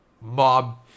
mob